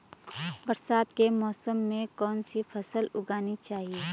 बरसात के मौसम में कौन सी फसल उगानी चाहिए?